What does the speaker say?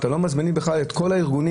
אתם לא מזמינים בכלל את כל הארגונים,